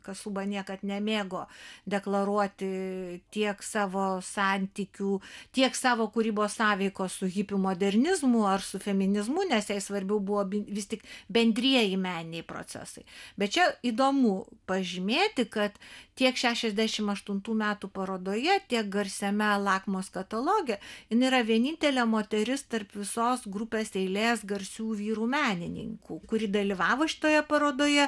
kasuba niekad nemėgo deklaruoti tiek savo santykių tiek savo kūrybos sąveikos su hipių modernizmu ar su feminizmu nes jai svarbiau buvo vis tik bendrieji meniniai procesai bet čia įdomu pažymėti kad tiek šešiasdešimt aštuntų metų parodoje tiek garsiame lakmos kataloge jin yra vienintelė moteris tarp visos grupės eilės garsių vyrų menininkų kuri dalyvavo šitoje parodoje